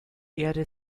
erde